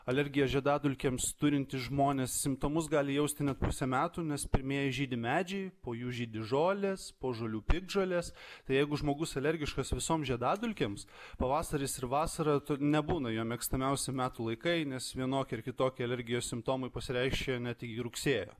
alergijos žiedadulkėms turintys žmonės simptomus gali jausti net pusę metų nes pirmieji žydi medžiai po jų žydi žolės po žolių piktžolės tai jeigu žmogus alergiškas visoms žiedadulkėms pavasaris ir vasara nebūna jo mėgstamiausi metų laikai nes vienokie ar kitokie alergijos simptomai pasireiškia ne tik iki rugsėjo